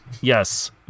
Yes